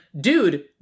dude